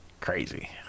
Crazy